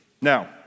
Now